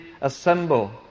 assemble